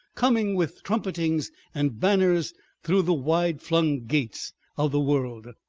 coming with trumpetings and banners through the wide-flung gates of the world.